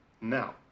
Now